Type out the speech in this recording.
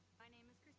my name is